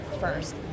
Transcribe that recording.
first